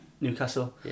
Newcastle